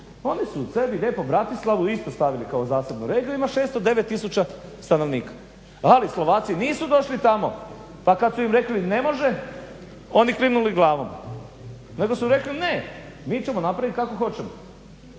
Oni su sebi lijepo Bratislavu isto stavili kao zasebnu regiju, ima 609 tisuća stanovnika Slovaci nisu došli tamo pa kada su im rekli ne može, oni klimnuli glavom. Nego su rekli ne mi ćemo napraviti kako hoćemo.